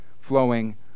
flowing